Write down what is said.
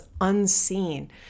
unseen